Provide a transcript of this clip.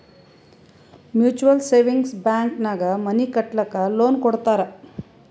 mutual savings bank ನಾಗ್ money ಕಟ್ಟಲಕ್ಕ್ loan ಕೊಡ್ತಾರ್